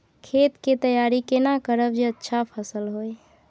खेत के तैयारी केना करब जे अच्छा फसल होय?